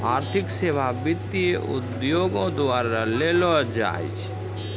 आर्थिक सेबा वित्त उद्योगो द्वारा देलो जाय छै